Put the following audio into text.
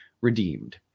redeemed